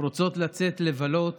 רוצות לצאת לבלות